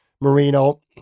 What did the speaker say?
Marino